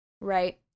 right